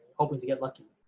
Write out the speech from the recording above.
hoping to get lucky.